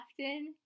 often